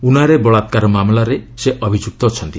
ଉନ୍ନାଓରେ ବଳାକାର ମାମଲାର ସେ ଅଭିଯୁକ୍ତ ଅଛନ୍ତି